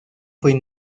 fue